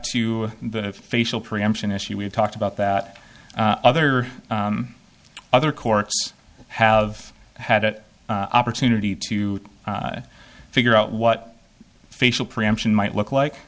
to the facial preemption issue we've talked about that other other courts have had it opportunity to figure out what facial preemption might look like